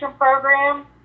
program